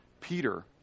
Peter